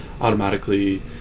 automatically